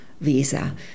visa